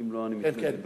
אם לא, אני, כן, כן.